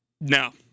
No